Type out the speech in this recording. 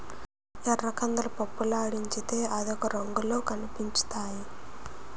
ఎర్రకందులు పప్పులాడించితే అదొక రంగులో కనిపించుతాయి